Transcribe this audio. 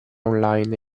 online